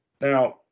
now